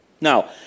Now